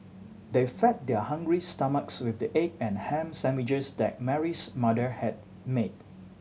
they fed their hungry stomachs with the egg and ham sandwiches that Mary's mother had made